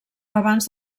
abans